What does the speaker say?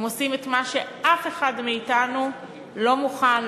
הם עושים את מה שאף אחד מאתנו לא מוכן,